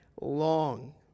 long